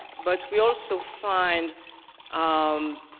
but we also find um